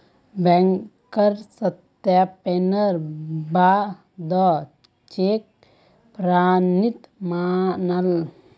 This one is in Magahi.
बैंकेर सत्यापनेर बा द चेक प्रमाणित मानाल जा छेक